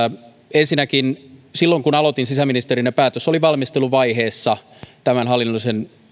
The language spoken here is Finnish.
ensinnäkin silloin kun aloitin sisäministerinä päätös oli valmisteluvaiheessa tämän hallinnollisen